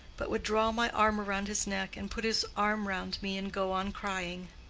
but would draw my arm round his neck and put his arm round me and go on crying.